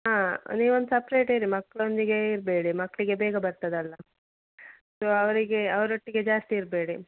ಹಾಂ ನೀವೊಂದು ಸಪ್ರೇಟೇ ಇರಿ ಮಕ್ಕಳೊಂದಿಗೆ ಇರಬೇಡಿ ಮಕ್ಕಳಿಗೆ ಬೇಗ ಬರ್ತದಲ್ಲ ಸೊ ಅವರಿಗೆ ಅವರೊಟ್ಟಿಗೆ ಜಾಸ್ತಿ ಇರಬೇಡಿ